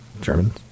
Germans